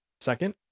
Second